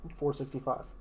465